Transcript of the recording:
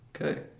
okay